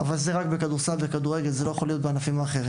אבל זה קורה רק בכדורסל ובכדורגל; זה לא יכול לקרות בענפים האחרים.